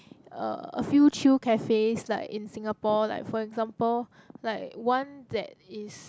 uh a few chill cafes like in Singapore like for example like one that is